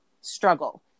struggle